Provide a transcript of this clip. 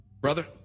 Brother